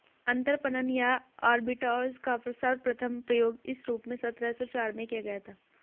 अंतरपणन या आर्बिट्राज का सर्वप्रथम प्रयोग इस रूप में सत्रह सौ चार में किया गया था